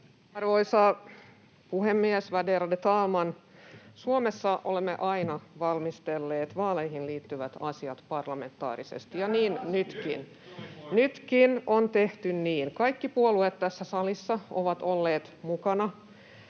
Arvoisa puhemies, värderade talman! Suomessa olemme aina valmistelleet vaaleihin liittyvät asiat parlamentaarisesti, ja niin nytkin. [Perussuomalaisten ryhmästä: Tähän asti!] Nytkin on tehty niin. Kaikki puolueet tässä salissa ovat olleet mukana